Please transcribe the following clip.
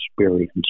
experience